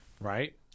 right